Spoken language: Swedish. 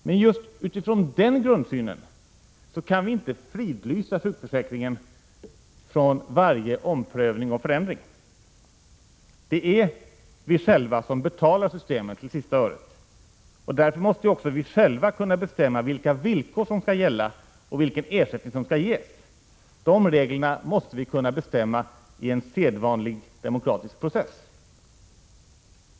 Men just utifrån den grundsynen kan vi inte fridlysa sjukförsäkringen från varje omprövning och förändring. Det är vi själva som betalar systemet till sista öret, och därför måste också vi själva kunna bestämma vilka villkor som skall gälla och vilken ersättning som skall ges. De reglerna måste kunna bestämmas i en sedvanlig demokratisk process.